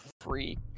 freak